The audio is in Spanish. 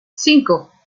cinco